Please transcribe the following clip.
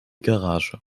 garage